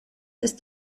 ist